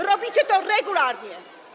Robicie to regularnie.